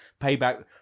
payback